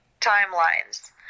timelines